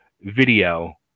video